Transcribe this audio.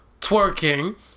twerking